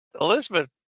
Elizabeth